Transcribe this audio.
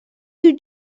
you